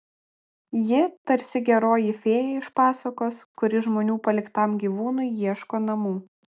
ji tarsi geroji fėja iš pasakos kuri žmonių paliktam gyvūnui ieško namų